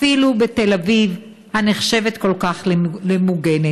אפילו בתל אביב, הנחשבת כל כך למוגנת.